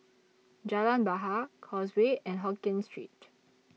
Jalan Bahar Causeway and Hokien Street